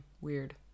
Weird